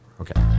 Okay